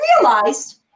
realized